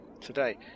today